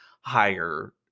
higher